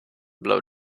blow